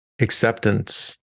acceptance